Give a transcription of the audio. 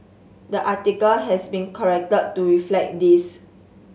the article has been corrected to reflect this